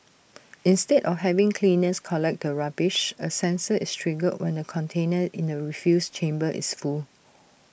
instead of having cleaners collect the rubbish A sensor is triggered when the container in the refuse chamber is full